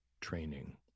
training